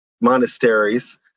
monasteries